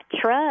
truck